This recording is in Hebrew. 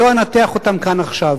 שלא אנתח אותן כאן עכשיו,